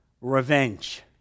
revenge